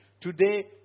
Today